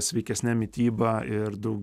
sveikesne mityba ir daug